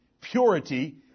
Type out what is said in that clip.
purity